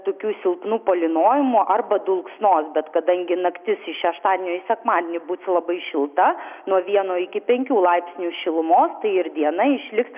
tokių silpnų palynojimų arba dulksnos bet kadangi naktis iš šeštadienio į sekmadienį bus labai šilta nuo vieno iki penkių laipsnių šilumos tai ir diena išliks